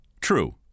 True